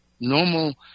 Normal